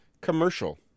commercial